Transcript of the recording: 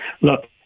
look